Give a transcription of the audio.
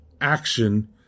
action